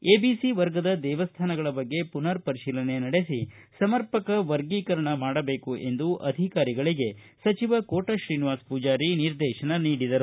A B C ವರ್ಗದ ದೇವಸ್ಥಾನಗಳ ಬಗ್ಗೆ ಪುನರ್ ಪರಿಶೀಲನೆ ನಡೆಸಿ ಸಮರ್ಪಕ ವರ್ಗೀಕರಣ ಮಾಡಬೇಕು ಎಂದು ಅಧಿಕಾರಿಗಳಗೆ ಸಚಿವ ಕೋಟ ಶ್ರೀನಿವಾಸ ಪೂಜಾರಿ ನಿರ್ದೇಶನ ನೀಡಿದರು